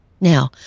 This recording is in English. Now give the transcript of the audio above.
Now